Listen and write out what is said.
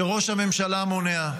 שראש הממשלה מונע.